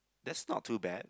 that's not too bad